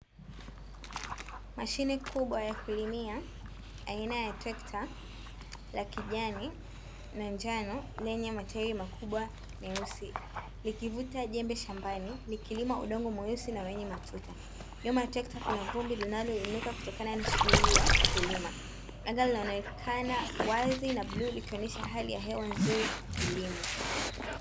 Mashine kubwa ya kulimia aina ya trekta la kijani na njano lenye matairi makubwa meusi likivuta jembe shambani likilima udongo mweusi na wenye matuta. Nyuma ya trekta kuna vumbi linaloinuka kutokana na shughuli ya kulima anga linaonekana wazi na bluu likionyesha hali ya hewa nzuri ya kilimo.